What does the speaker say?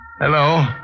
Hello